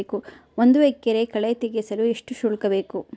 ಒಂದು ಎಕರೆ ಕಳೆ ತೆಗೆಸಲು ಎಷ್ಟು ಶುಲ್ಕ ಬೇಕು?